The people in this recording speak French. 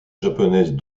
japonaises